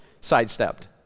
sidestepped